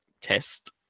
test